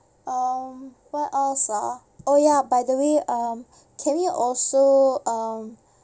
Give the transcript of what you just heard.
um where else ah oh ya by the way um can we also um